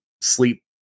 sleep